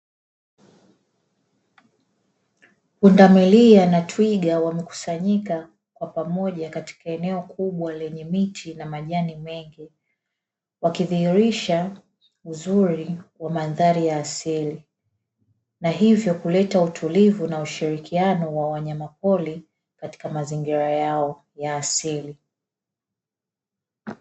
Pundamilia na Twiga wamekusanyika kwa pamoja katika eneo kubwa lenye miti na majani mengi, wakidhihirisha uzuri wa mandhari ya asili na hivyo kuleta utulivu na ushirikiano na wanyama pori katika mazingira yao ya asili.